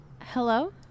Hello